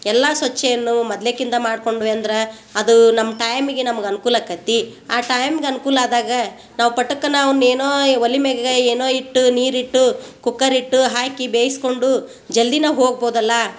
ಎಲ್ಲಾ ಸ್ವಚ್ಛವನ್ನು ಮೊದ್ಲೆಕಿಂದ ಮಾಡ್ಕೊದ್ವಿ ಅಂದ್ರೆ ಅದು ನಮ್ಮ ಟೈಮಿಗೆ ನಮ್ಗೆ ಅನ್ಕೂಲ ಅಕ್ಕತಿ ಆ ಟೈಮಿಗೆ ಅನ್ಕೂಲ ಅದಾಗ ನಾವು ಪಟಕನ ಅವ್ನೇನೊ ಆಯಿ ಒಲಿ ಮ್ಯಾಗ ಏನೋ ಇಟ್ಟು ನೀರಿಟ್ಟು ಕುಕ್ಕರಿಟ್ಟು ಹಾಕಿ ಬೇಯ್ಸ್ಕೊಂಡು ಜಲ್ದಿ ನಾವು ಹೋಗ್ಬೊದಲ್ಲಾ